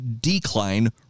decline